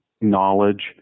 knowledge